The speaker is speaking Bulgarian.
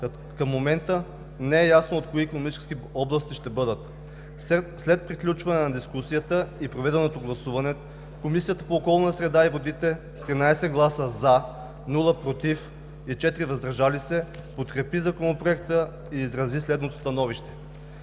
към момента не е ясно от кои икономически области ще бъдат. След приключване на дискусията и проведеното гласуване Комисията по околната среда и водите с 13 гласа „за“, без „против“ и 4 гласа „въздържал се“ подкрепи Законопроекта и изрази следното становище: